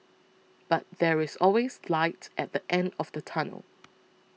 but there is always light at the end of the tunnel